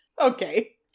okay